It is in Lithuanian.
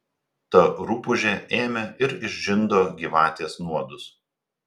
ta rupūžė ėmė ir išžindo gyvatės nuodus